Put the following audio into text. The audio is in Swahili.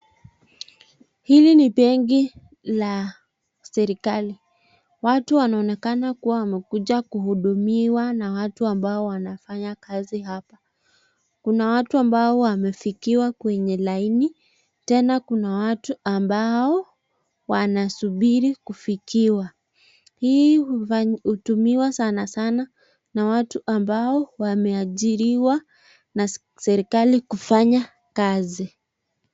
Hili ni benki la serekali, watu wanaonekana wamekuja kuhudumiwa na watu ambao wanafanya kazi hapa. Kuna watu ambao wamefikiwa kwenye laini tena kuna watu ambao wanasubiri kufikiwa. Hii hutumiwa sana sana na watu ambao wameajiriwa na serekali kufanya kazi.